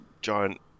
giant